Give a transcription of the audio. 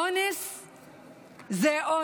אונס הוא אונס,